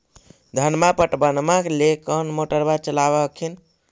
धनमा पटबनमा ले कौन मोटरबा चलाबा हखिन?